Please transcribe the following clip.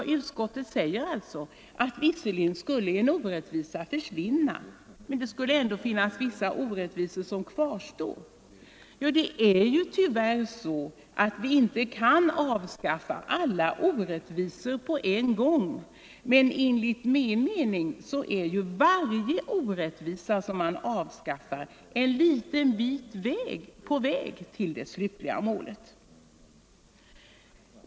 Utskottet säger att visserligen skulle en orättvisa försvinna, men det skulle ändå finnas vissa orättvisor kvar. Det är tyvärr så att vi inte kan avskaffa alla orättvisor på en gång. Men enligt min mening är varje orättvisa som avskaffas en liten bit av vägen mot det slutliga målet.